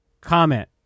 Comment